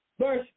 Verse